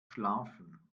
schlafen